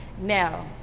Now